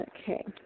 Okay